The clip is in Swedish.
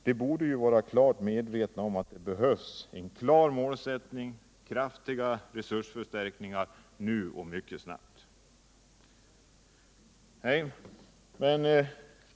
Man borde dock vara medveten om att det behövs en klar målsättning och en kraftig resursförstärkning mycket snabbt.